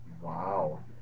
Wow